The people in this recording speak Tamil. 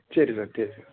சரி சார் சரி சார்